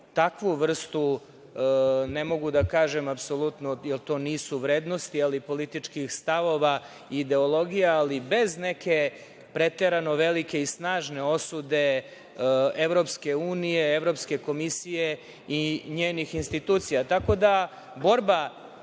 takvu vrstu, ne mogu da kažem apsolutno, jer to nisu vrednosti, ali političkih stavova i ideologija, ali bez neke preterano velike i snažne osude EU, Evropske komisije i njenih institucija. Borba